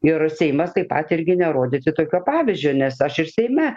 ir seimas taip pat irgi nerodyti tokio pavyzdžio nes aš ir seime